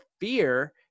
fear